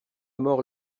mort